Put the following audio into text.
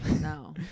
No